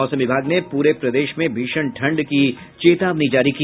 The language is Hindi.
और मौसम विभाग ने पूरे प्रदेश में भीषण ठंड की चेतावनी जारी की